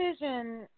vision